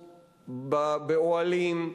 באוהלים,